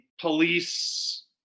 police